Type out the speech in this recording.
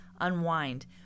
unwind